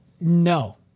no